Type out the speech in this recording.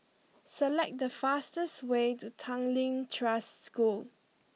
select the fastest way to Tanglin Trust School